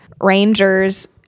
rangers